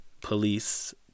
police